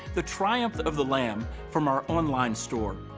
the triumph of the lamb from our on-line store.